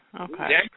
okay